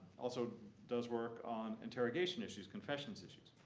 also does work on interrogation issues, confessions issues.